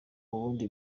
ubundi